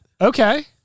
Okay